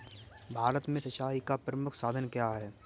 भारत में सिंचाई का प्रमुख साधन क्या है?